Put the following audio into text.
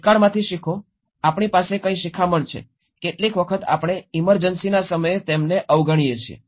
ભૂતકાળમાંથી શીખો આપણી પાસે કઇ શિખામણ છે કેટલીક વખત આપણે ઇમર્જન્સીના સમયે તેમને અવગણીએ છીએ